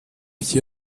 hier